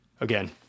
Again